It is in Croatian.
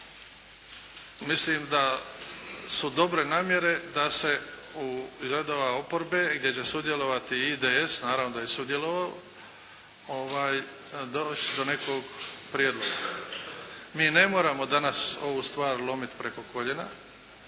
Mislim da su dobre namjere da se iz redova oporbe gdje će sudjelovati IDS, naravno da je sudjelovao doći do nekog prijedloga. Mi ne moramo danas ovu stvar lomiti preko koljena